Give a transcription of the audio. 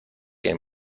que